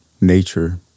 nature